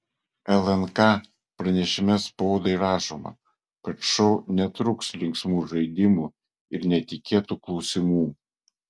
lnk pranešime spaudai rašoma kad šou netrūks linksmų žaidimų ir netikėtų klausimų